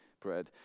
Bread